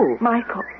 Michael